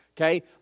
Okay